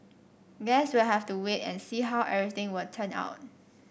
guess we'll have to wait and see how everything would turn out